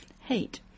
hate